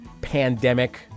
pandemic